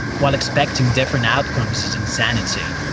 while expecting different outcomes, is insanity.